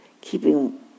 keeping